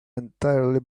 entirely